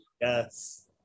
yes